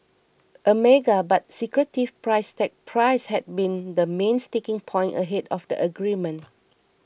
a mega but secretive price tag Price had been the main sticking point ahead of the agreement